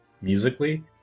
musically